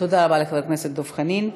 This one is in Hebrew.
תודה רבה לחבר הכנסת דב חנין.